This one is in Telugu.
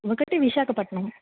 ఒకటి విశాఖపట్నం